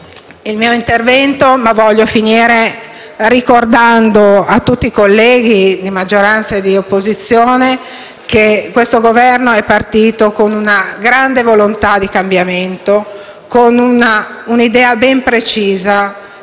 (*Segue* RIVOLTA). Concludo ricordando a tutti i colleghi, di maggioranza e di opposizione, che questo Governo è partito con una grande volontà di cambiamento, con un'idea ben precisa del